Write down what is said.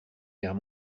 guerre